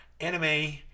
anime